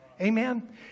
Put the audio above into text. Amen